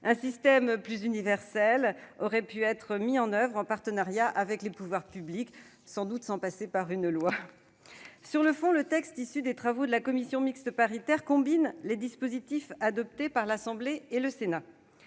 Un système plus universel aurait pu être mis en oeuvre en partenariat avec les pouvoirs publics, sans forcément passer par une loi. Sur le fond, le texte issu des travaux de la commission mixte paritaire combine les dispositifs adoptés par l'Assemblée nationale